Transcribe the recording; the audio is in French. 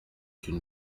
une